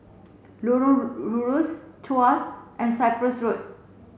Lorong Rusuk Tuas and Cyprus Road